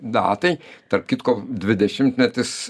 datai tarp kitko dvidešimtmetis